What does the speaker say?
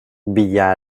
villa